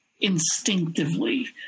instinctively